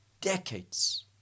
decades